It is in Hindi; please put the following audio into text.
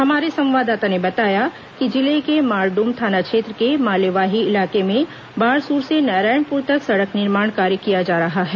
हमारे संवाददाता ने बताया कि जिले के मारडूम थाना क्षेत्र के मालेवाही इलाके में बारसूर से नारायणपुर तक सड़क निर्माण कार्य किया जा रहा है